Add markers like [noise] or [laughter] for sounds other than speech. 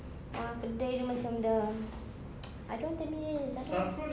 uh kedai dia macam dah [noise] I don't want tampines I don't want